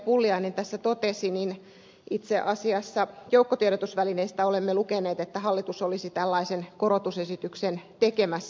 pulliainen totesi itse asiassa joukkotiedotusvälineistä olemme lukeneet että hallitus olisi tällaisen korotusesityksen tekemässä